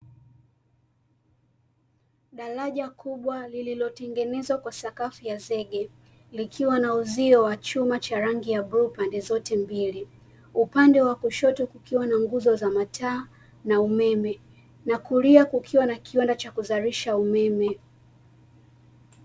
Daraja kubwa lililotengenzwa kwa sakafu ya zege, likiwa na uzio wa chuma cha rangi ya bluu pande zote mbili. Upande wa kushoto kukiwa na nguzo za mataa na umeme na kulia kukiwa na kiwanda cha kuzalisha umeme.